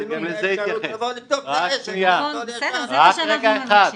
רק רגע אחד.